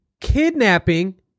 kidnapping